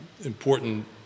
important